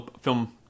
film